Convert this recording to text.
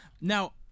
Now